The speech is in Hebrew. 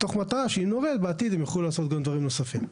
מתוך מטרה שבעתיד הם יוכלו לעשות גם דברים נוספים.